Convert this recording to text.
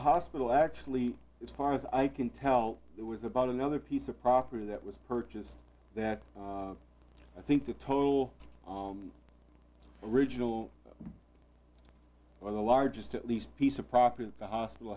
hospital actually it's far as i can tell it was about another piece of property that was purchased that i think the total original or the largest at least piece of property that the hospital